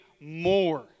more